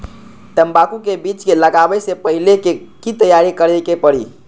तंबाकू के बीज के लगाबे से पहिले के की तैयारी करे के परी?